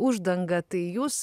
uždangą tai jūs